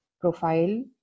profile